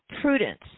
Prudence